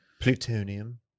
plutonium